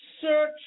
search